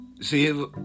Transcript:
See